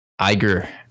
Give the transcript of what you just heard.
Iger